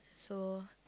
so